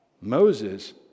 Moses